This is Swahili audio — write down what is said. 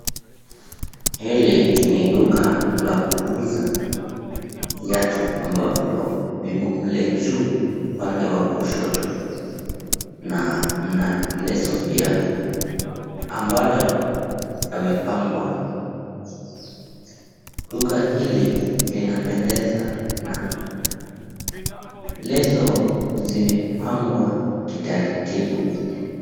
Hili ni duka la kuuza viatu ambavyo vimo mle juu upande wa kushoto na mna leso pia ambayo yamepangwa. Duka hili linapendeza na leso zimepangwa kitaratibu.